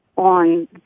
on